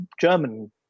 German